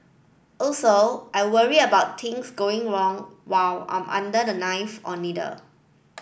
also I worry about things going wrong while I'm under the knife or needle